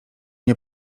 nie